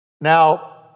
Now